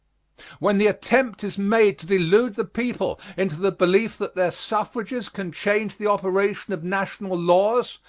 when the attempt is made to delude the people into the belief that their suffrages can change the operation of national laws,